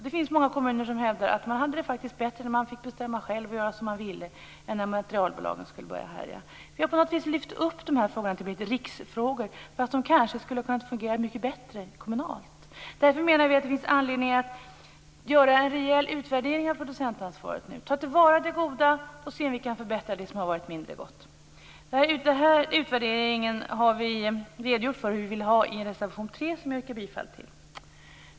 Det finns många kommuner som hävdar att de hade det bättre när de fick bestämma själva och göra som de ville än när materialbolagen skulle börja härja. På något sätt har de här frågorna lyfts upp och blivit riksfrågor fast de kanske skulle ha fungerat mycket bättre kommunalt. Därför menar Miljöpartiet att det finns anledning att göra en rejäl utvärdering av producentansvaret nu. Man måste ta till vara det goda och se om man kan förbättra det som varit mindre gott. Vi redogör för hur vi vill ha denna utvärdering i reservation nr 3, som jag yrkar bifall till.